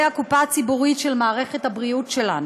הקופה הציבורית של מערכת הבריאות שלנו: